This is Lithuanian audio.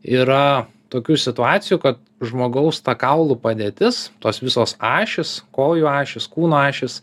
yra tokių situacijų kad žmogaus kaulų padėtis tos visos ašys kojų ašys kūno ašys